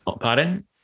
pardon